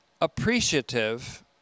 appreciative